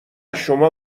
شما